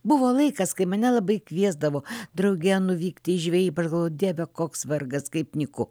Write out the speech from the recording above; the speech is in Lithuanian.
buvo laikas kai mane labai kviesdavo drauge nuvykti į žvejybą aš galvojau dieve koks vargas kaip nyku